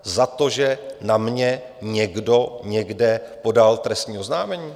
Za to, že na mě někdo někde podal trestní oznámení?